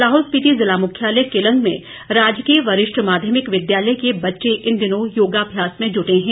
लाहौल स्पीति ज़िला मुख्यालय केलंग में राजकीय वरिष्ठ माध्यमिक विद्यालय के बच्चे इन दिनों योगाभ्यास में जुटे हैं